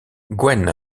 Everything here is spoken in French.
gwen